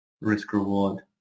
risk-reward